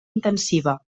intensiva